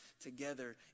together